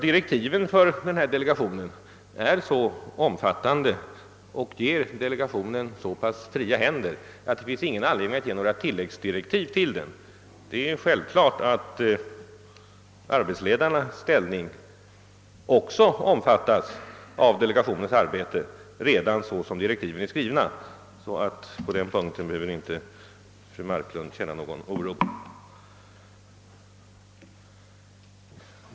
Direktiven för den här delegationen är så omfattande och ger delegationen så pass fria händer att det inte finns anledning att ge några tilläggsdirektiv. Det är självklart att arbetsledarnas ställning också omfattas av delegationens arbete, redan så som direktiven är skrivna. På den punkten behöver fru Marklund inte känna någon oro.